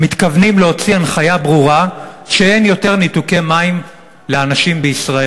מתכוונים להוציא הנחיה ברורה שאין יותר ניתוקי מים לאנשים בישראל.